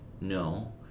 No